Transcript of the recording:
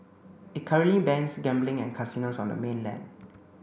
it currently bans gambling and casinos on the mainland